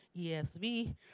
ESV